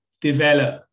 develop